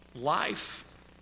Life